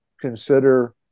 consider